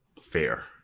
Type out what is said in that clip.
fair